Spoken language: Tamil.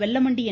வெல்லமண்டி என்